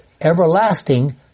Everlasting